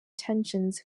tensions